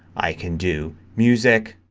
i can do music,